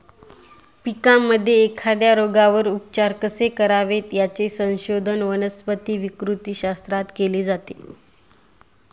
पिकांमध्ये एखाद्या रोगावर उपचार कसे करावेत, याचे संशोधन वनस्पती विकृतीशास्त्रात केले जाते